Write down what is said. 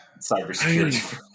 cybersecurity